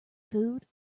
food